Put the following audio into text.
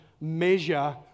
measure